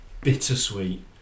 bittersweet